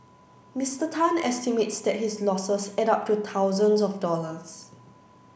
Mister Tan estimates that his losses add up to thousands of dollars